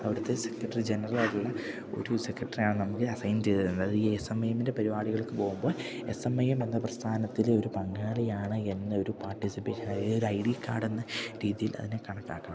അവിടുത്തെ സെക്രട്ടറി ജനറലായിട്ടുള്ള ഒരു സെക്രട്ടറിയാണ് നമുക്ക് അസൈൻ ചെയ്തുതന്നത് ഈ എസ് എം വൈ എമ്മിൻ്റെ പരിപാടികൾക്ക് പോകുമ്പോള് എസ് എം വൈ എമ്മെന്ന പ്രസ്ഥാനത്തിലെ ഒരു പങ്കാളിയാണെന്ന ഒരു പാർട്ടിസിപ്പേഷൻ അതായതൊരു ഐ ഡി കാർഡെന്ന രീതിയിൽ അതിനെ കണക്കാക്കണം